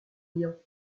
riant